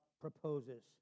proposes